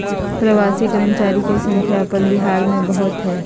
प्रवासी कर्मचारी के संख्या अपन बिहार में बहुत हइ